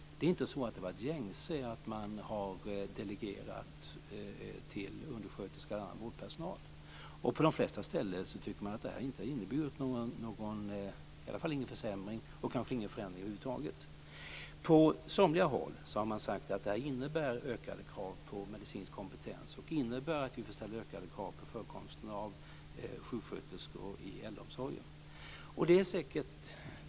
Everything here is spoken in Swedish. Det har inte varit gängse ordning att delegera till undersköterska eller annan vårdpersonal. På de flesta ställen tycker man att det här i varje fall inte har inneburit någon försämring - och kanske ingen förändring över huvud taget. På somliga håll har man sagt att det här innebär ökade krav på medicinsk kompetens och att vi får ställa ökade krav på förekomsten av sjuksköterskor i äldreomsorgen.